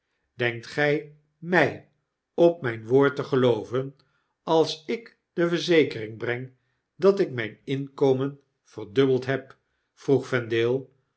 denkt gij mjj op mgn woord te gelooven als ik u de verzekering breng dat ik mijn inkomen verdubbeld heb vroeg